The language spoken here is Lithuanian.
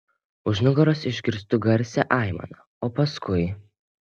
už nugaros išgirstu garsią aimaną o paskui